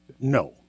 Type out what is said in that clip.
No